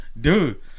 Dude